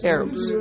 Arabs